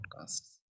podcasts